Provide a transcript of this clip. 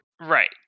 right